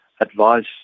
advice